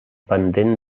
pendent